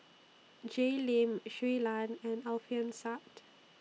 Jay Lim Shui Lan and Alfian Sa'at